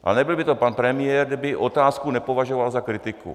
Ale nebyl by to pan premiér, kdyby otázku nepovažoval za kritiku.